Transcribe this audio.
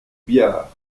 biard